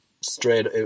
straight